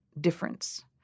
difference